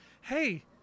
Hey